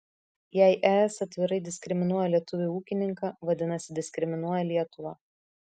jei es atvirai diskriminuoja lietuvį ūkininką vadinasi diskriminuoja lietuvą